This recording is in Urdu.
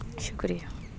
شکریہ